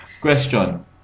Question